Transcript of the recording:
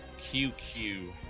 QQ